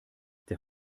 der